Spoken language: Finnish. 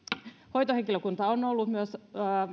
hoitohenkilökunta on ollut myös